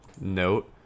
note